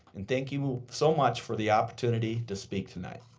and thank you so much for the opportunity to speak tonight.